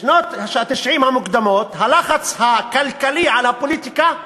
בשנות ה-90 המוקדמות הלחץ הכלכלי על הפוליטיקה היה: